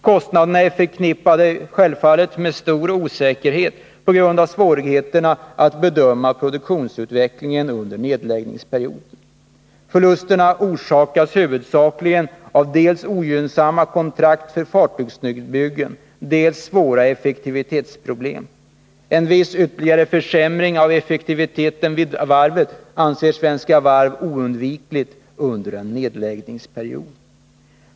Kostnadsberäkningen är självfallet förknippad med stor osäkerhet på grund av svårigheterna att bedöma produktivitetsutvecklingen under nedläggningsperioden. Förlusterna orsakas huvudsakligen av dels ogynnsamma kontrakt för fartygsnybyggen, dels svåra effektivitetsproblem. En viss ytterligare försämring av effektiviteten vid varvet anser Svenska Varv oundviklig under en nedläggningsperiod.